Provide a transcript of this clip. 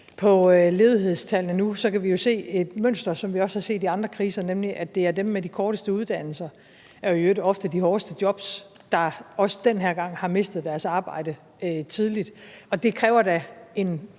på ledighedstallene nu, kan vi jo se et mønster, som vi også har set i andre kriser, nemlig at det er dem med de korteste uddannelser og i øvrigt ofte de hårdeste jobs, der også den her gang har mistet deres arbejde tidligt, og det kræver da en